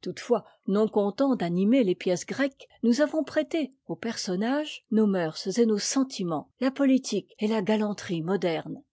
toutefois non contents d'animer les pièces grecques nous avons prêté aux personnages nos mœurs et nos sentiments la politique et la galanterie modernes